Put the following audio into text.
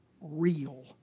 real